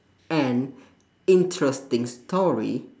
an interesting story